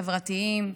חברתיים,